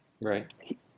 right